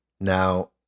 Now